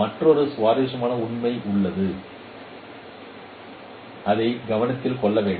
மற்றொரு சுவாரஸ்யமான உண்மை உள்ளது அதை கவனத்தில் கொள்ள வேண்டும்